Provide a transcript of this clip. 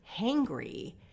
hangry